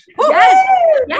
Yes